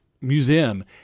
museum